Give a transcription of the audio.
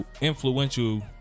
influential